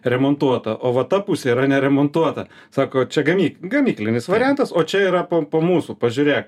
remontuota o va ta pusė yra neremontuota sako čia gamy gamyklinis variantas o čia yra po po mūsų pažiūrė